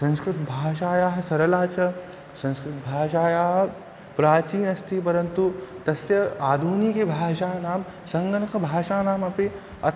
संस्कृतभाषायाः सरला च संस्कृतभाषायाः प्राचीनास्ति परन्तु तस्य आधुनिकभाषाणां सङ्गणकभाषाणामपि अत्